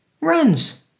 runs